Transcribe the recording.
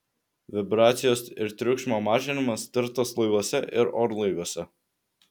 vibracijos ir triukšmo mažinimas tirtas laivuose ir orlaiviuose